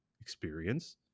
experience